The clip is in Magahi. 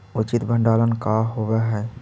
उचित भंडारण का होव हइ?